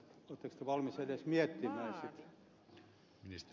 oletteko te valmis edes miettimään sitä